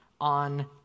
on